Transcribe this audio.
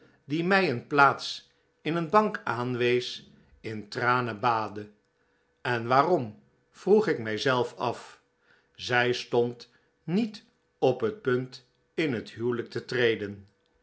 die mij een plaats in een bank aanwees in tranen baadde en waarom vroeg ik mijzelf af zij stond niet op het punt in het huwelijk te treden